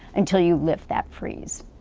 until you lift that freeze.